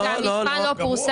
המבחן לא פורסם.